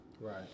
Right